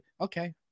Okay